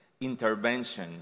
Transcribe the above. intervention